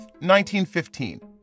1915